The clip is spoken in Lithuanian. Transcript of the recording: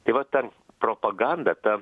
tai vat ten propaganda ta